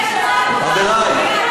חברי,